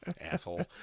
Asshole